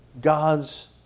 God's